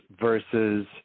versus